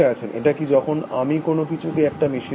এটা কি যখন আমি কোনো কিছুকে একটা মেশিন বলি